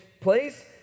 place